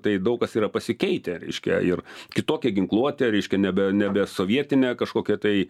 tai daug kas yra pasikeitę reiškia ir kitokia ginkluotė reiškia nebe nebe sovietinė kažkokia tai